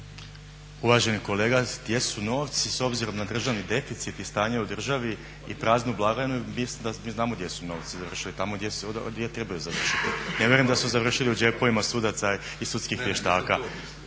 Uvaženi kolega gdje su novci? S obzirom na državni deficit i stanje u državi i praznu blagajnu mi znamo gdje su novci završili, tamo gdje trebaju završiti. Ne vjerujem da su završili u džepovima sudaca i sudskih vještaka.